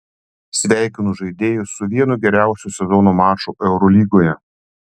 sveikinu žaidėjus su vienu geriausių sezono mačų eurolygoje